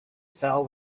fell